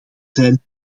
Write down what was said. zijn